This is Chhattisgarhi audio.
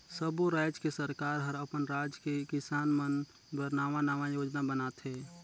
सब्बो रायज के सरकार हर अपन राज के किसान मन बर नांवा नांवा योजना बनाथे